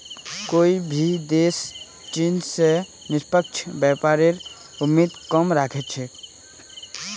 कोई भी देश चीन स निष्पक्ष व्यापारेर उम्मीद कम राख छेक